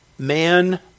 Man